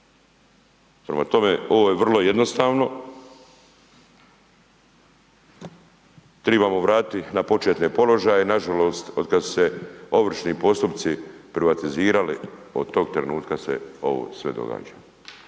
Prema tome, ovo je vrlo jednostavno, trebamo vratiti na početne položaje, nažalost od kada su se ovršni postupci privatizirali od tog trenutka se ovo sve događa.